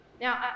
Now